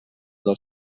del